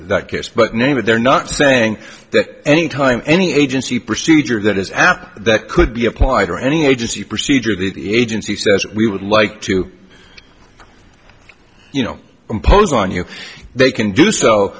that case but name it they're not saying that any time any agency procedure that is and that could be applied or any agency procedure that the agency says we would like to you know impose on you they can do so